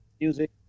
Music